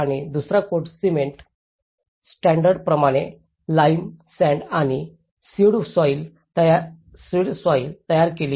आणि दुसरा coat cement standard प्रमाणे लाईम सॅण्ड किंवा सीएव्हड सॉईल तयार केली